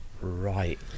right